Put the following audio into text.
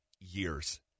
years